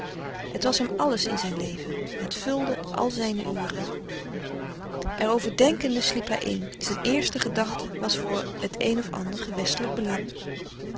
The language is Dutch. het was hem alles in zijn leven het vulde al zijne uren er over denkende sliep hij in zijn eerste gedachte was voor het een of ander gewestelijk belang